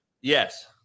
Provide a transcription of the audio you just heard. Yes